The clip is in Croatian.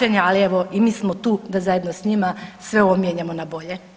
Ali evo i mi smo tu da zajedno s njima sve ovo mijenjamo na bolje.